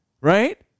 Right